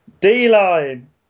D-Line